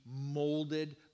molded